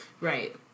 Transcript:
Right